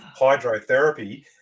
hydrotherapy